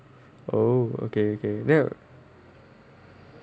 oh okay okay then